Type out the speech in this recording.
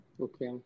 Okay